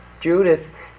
Judith